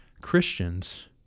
Christians